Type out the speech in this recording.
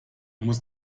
muss